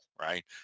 right